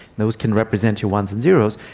those can represent your ones and zeros.